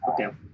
Okay